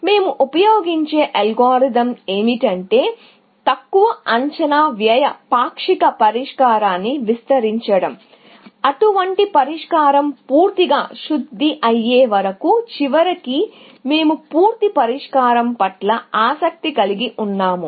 మేము ఉపయోగించే అల్గోరిథం ఏమిటంటే తక్కువ అంచనా వ్యయ పాక్షిక పరిష్కారాన్ని విస్తరించడం అటువంటి పరిష్కారం పూర్తిగా శుద్ధి అయ్యే వరకు చివరికి మేము పూర్తి పరిష్కారం పట్ల ఆసక్తి కలిగి ఉన్నాము